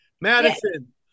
Madison